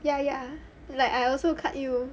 ya ya like I also cut you